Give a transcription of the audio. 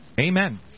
Amen